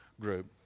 group